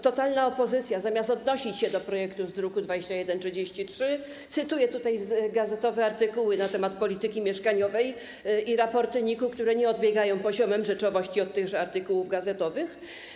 Totalna opozycja, zamiast odnosić się do projektu z druku nr 2133, cytuje tutaj gazetowe artykuły na temat polityki mieszkaniowej i raporty NIK, które nie odbiegają poziomem rzeczowości od tychże artykułów gazetowych.